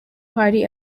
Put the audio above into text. hari